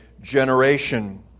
generation